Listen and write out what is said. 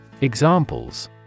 Examples